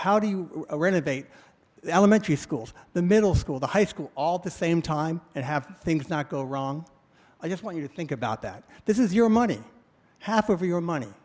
you renovate the elementary schools the middle school the high school all the same time and have things not go wrong i just want you to think about that this is your money half of your money